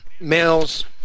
males